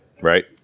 Right